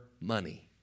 money